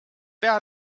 pea